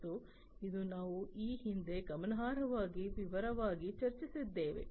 ಮತ್ತು ಇದು ನಾವು ಈ ಹಿಂದೆ ಗಮನಾರ್ಹವಾಗಿ ವಿವರವಾಗಿ ಚರ್ಚಿಸಿದ್ದೇವೆ